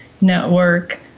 network